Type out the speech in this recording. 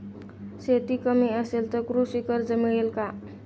शेती कमी असेल तर कृषी कर्ज मिळेल का?